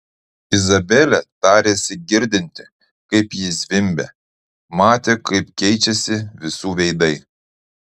izabelė tarėsi girdinti kaip ji zvimbia matė kaip keičiasi visų veidai